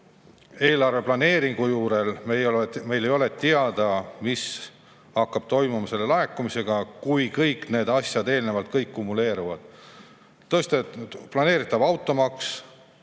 eelarveplaneeringu juures ei ole meil teada, mis hakkab toimuma selle laekumisega, kui kõik need asjad eelnevalt kumuleeruvad: planeeritav automaks,